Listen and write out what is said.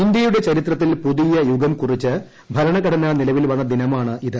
ഇന്ത്യയുടെ ചരിത്രത്തിൽ പുതിയ യുഗം കുറിച്ച് ഭരണഘടന നിലവിൽ വസ്ത്ര ദിനമാണിത്